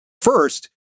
first